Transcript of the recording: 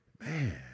Man